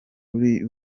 biri